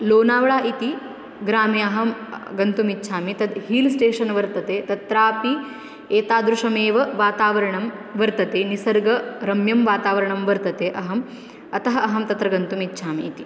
लोनावडा इति ग्रामे अहं गन्तुम् इच्छामि तत् हील् स्टेशन् वर्तते तत्रापि एतादृशमेव वातावरणं वर्तते निसर्ग रम्यं वातावरणं वर्तते अहम् अतः अहं तत्र गन्तुम् इच्छामि इति